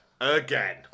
Again